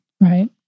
right